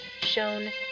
shown